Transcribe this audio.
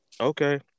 okay